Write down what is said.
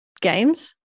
games